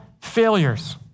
failures